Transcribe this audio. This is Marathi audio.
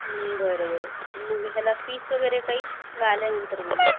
बरं बरं मग ह्याला फीस वगैरे काही आल्यानंतर बोलू